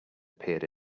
appeared